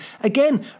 Again